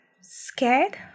scared